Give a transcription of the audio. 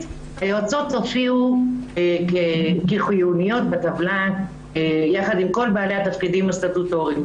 היועצות הופיעו כחיוניות בטבלה ביחד עם כל בעלי התפקידים הסטטוטוריים.